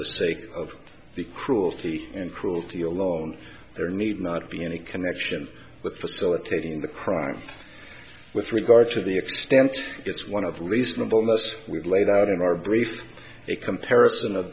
the sake of the cruelty and cruelty alone there need not be any connection with facilitating the crime with regard to the extent it's one of reasonableness we laid out in our brief a comparison of